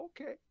okay